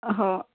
ହ